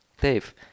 Dave